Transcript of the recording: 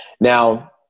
now